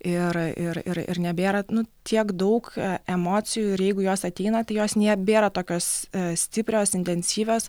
ir ir ir ir nebėra tiek daug emocijų ir jeigu jos ateina tai jos nėbėra tokios stiprios intensyvios